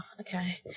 Okay